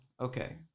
okay